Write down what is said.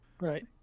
Right